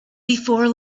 before